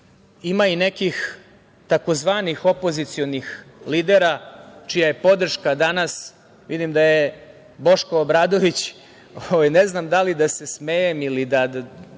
ima i nekih tzv. opozicionih lidera čija je podrška danas, vidim da je Boško Obradović, ne znam da li da se smejem, moram